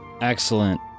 Excellent